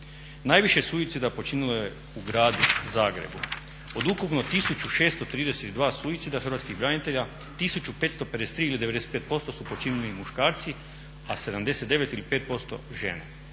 Najviše suicida počinjeno je u gradu Zagrebu. Od ukupno 1632 suicida hrvatskih branitelja 1553 ili 95% su počinili muškarci, a 79 ili 5% žene.